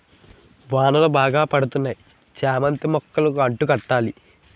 వానలు బాగా పడతన్నాయి చామంతి మొక్కలు అంటు కట్టాల